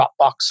Dropbox